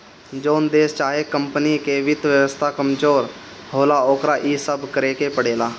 जोन देश चाहे कमपनी के वित्त व्यवस्था कमजोर होला, ओकरा इ सब करेके पड़ेला